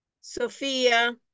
Sophia